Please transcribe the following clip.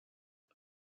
why